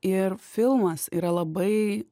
ir filmas yra labai